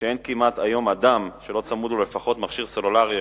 שהיום אין כמעט אדם שלא צמוד אליו לפחות מכשיר סלולרי אחד,